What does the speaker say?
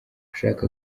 ushaka